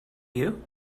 you